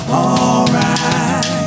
alright